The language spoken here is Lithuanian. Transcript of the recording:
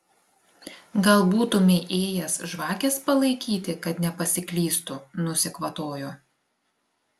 gal būtumei ėjęs žvakės palaikyti kad nepasiklystų nusikvatojo